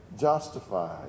justified